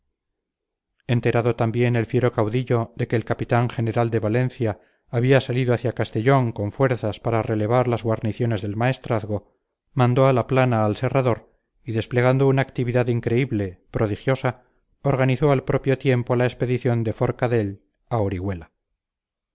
enterado también el fiero caudillo de que el capitán general de valencia había salido hacia castellón con fuerzas para relevar las guarniciones del maestrazgo mandó a la plana al serrador y desplegando una actividad increíble prodigiosa organizó al propio tiempo la expedición de forcadell a orihuela